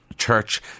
church